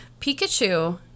Pikachu